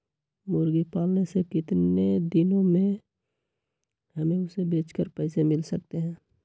मुर्गी पालने से कितने दिन में हमें उसे बेचकर पैसे मिल सकते हैं?